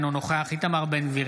אינו נוכח איתמר בן גביר,